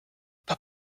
pas